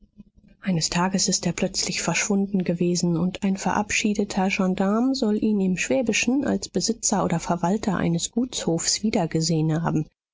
eines tages ist er plötzlich verschwunden gewesen und ein verabschiedeter gendarm soll ihn im schwäbischen als besitzer oder verwalter eines gutshofs wiedergesehen haben